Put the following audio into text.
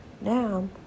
Now